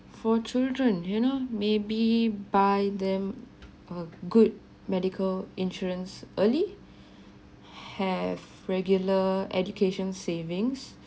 for children you know maybe buy them a good medical insurance early have regular education savings